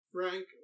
Frank